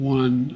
one